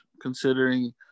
considering